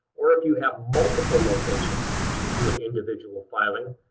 or if you have multiple locations you can do an individual filing.